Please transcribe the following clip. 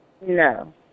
No